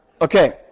Okay